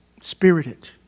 spirited